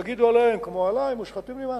הציבור יגידו עליהם, כמו עלי: מושחתים, נמאסתם.